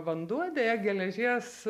vanduo deja geležies